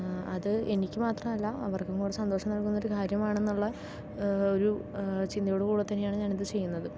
അത് എനിക്ക് മാത്രമല്ല അവർക്കും കൂടി സന്തോഷം നല്കുന്ന ഒരു കാര്യമാണെന്നുള്ള ഒരു ചിന്തയോട് കൂടി തന്നെയാണ് ഞാൻ ഇത് ചെയ്യുന്നത്